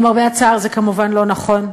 למרבה הצער, זה כמובן לא נכון.